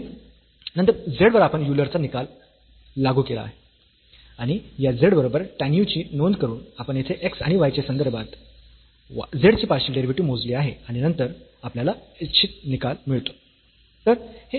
आणि नंतर z वर आपण युलर चा निकाल लागू केला आहे आणि या z बरोबर tan u ची नोंद करून आपण येथे x आणि y च्या संदर्भात z चे पार्शियल डेरिव्हेटिव्ह मोजले आहे आणि नंतर आपल्याला इच्छित निकाल मिळतो